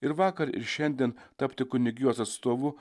ir vakar ir šiandien tapti kunigijos atstovu